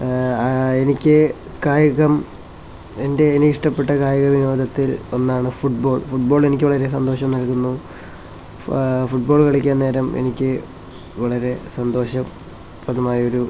എനിക്ക് കായികം എൻ്റെ എനിക്കിഷ്ടപ്പെട്ട കായിക വിനോദത്തിൽ ഒന്നാണ് ഫുട്ബോൾ ഫുട്ബോളെനിക്കു വളരെ സന്തോഷം നൽകുന്നു ഫുട്ബോൾ കളിക്കാൻ നേരം എനിക്ക് വളരെ സന്തോഷ പ്രദമായ ഒരു